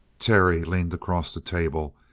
terry leaned across the table,